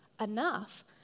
enough